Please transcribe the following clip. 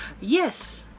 Yes